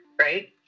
right